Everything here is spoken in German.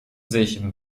sich